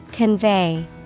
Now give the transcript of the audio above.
Convey